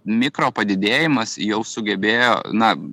mikro padidėjimas jau sugebėjo na